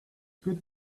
good